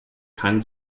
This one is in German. keinen